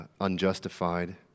Unjustified